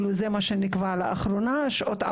זה מה שנקבע לאחרונה,